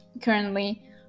currently